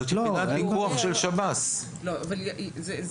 זאת יחידת פיקוח של שב"ס.